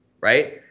right